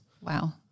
Wow